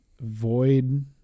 void